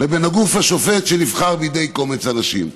ובין הגוף השופט, שנבחר בידי קומץ אנשים.